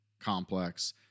complex